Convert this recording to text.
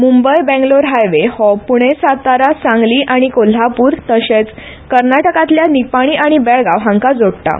मुंबय Bengaluru highway हो पुणे सातारा सांगली आनी कोल्हापूर तशेंच कर्नाटकांतल्या निपाळी आनी बेळगांव हांकां जोडटा